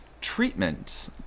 treatment